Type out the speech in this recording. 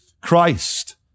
Christ